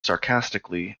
sarcastically